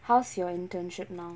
how's your internship now